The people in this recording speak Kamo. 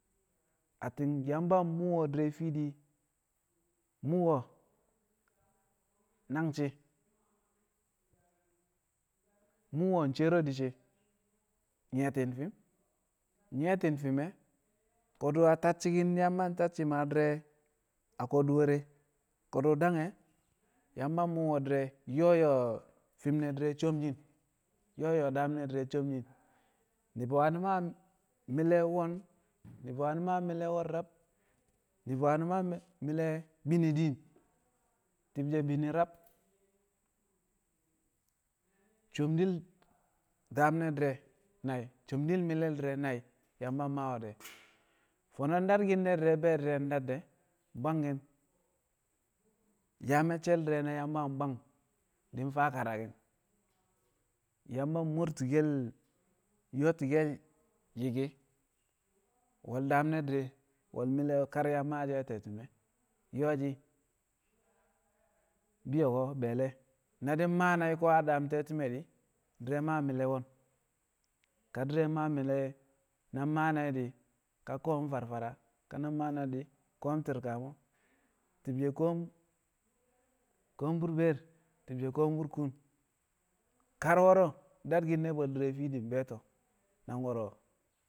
Atti̱n Yamba mmu̱u̱ di̱re̱ fi̱di̱ mmu̱u̱wo nangshi̱ mmu̱u̱wo̱ cero di̱ shi̱ nyi̱ye̱ti̱n fi̱m nyi̱ye̱ti̱n fi̱m e̱, ko̱du̱ a tacci̱ki̱n Yamba ntacci̱ mmaa di̱re̱ a ko̱du̱ we̱re̱ ko̱du̱ dang e̱ Yamba mmu̱u̱ we̱ di̱re̱ yo̱o̱ yo̱o̱ fi̱m ne̱ di̱re̱ sho̱mji̱ yọo̱ yo̱o̱ daam ne̱ di̱re̱ sho̱mji̱ ni̱bi̱ wani̱ maa mi̱le̱ won ni̱bi̱ wani̱ maa wo̱n rab, ni̱bi̱ wani̱ maa mi̱le̱ bi̱nɪ diin, ti̱bshe̱ bini rab sho̱mdi̱l daam ne̱ di̱re̱ nai̱, sho̱mdi̱l mi̱le̱l di̱re̱ nai̱ Yamba mmaawe̱ de̱ fo̱no̱ dadki̱n ne̱ di̱re̱ be̱ di̱re̱ dad de̱ bwangki̱n yaa me̱cce̱l di̱re̱ na Yamba bwang faa karaki̱n Yamba mo̱rtu̱ke̱l yo̱o̱ti̱ke̱l yiki we̱l daam ne̱ di̱re̱ we̱l mi̱le̱ kar yang maashi̱ a te̱ti̱me̱ nyo̱o̱ shi̱ bi̱yo̱ko̱ be̱e̱le̱ na di̱ maa nai̱ ko̱ a daam te̱ti̱me̱ di̱ di̱re̱ maa mi̱le̱ won ka di̱re̱ maa mi̱le̱ na maa nai̱ di̱ ka koom farfada ka maa nai̱ koom tirkamo ti̱bshe̱ koom koom bu̱rbe̱e̱n ti̱bshe̱ koom burkuun kar wo̱ro̱ dadki̱n ne̱ bwe̱l di̱re̱ fiidi be̱e̱to̱ nang wo̱ro̱.